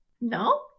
No